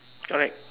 correct